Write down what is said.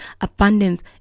abundance